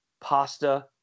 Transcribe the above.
pasta